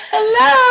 Hello